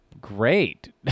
great